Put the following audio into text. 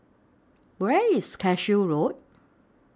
Where IS Cashew Road